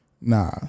nah